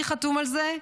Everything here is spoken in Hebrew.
מי חתום על זה?